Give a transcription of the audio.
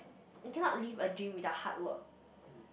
you cannot live a dream without hard work